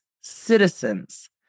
citizens